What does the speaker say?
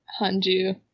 Hanju